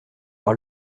par